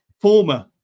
former